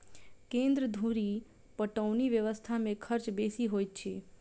केन्द्र धुरि पटौनी व्यवस्था मे खर्च बेसी होइत अछि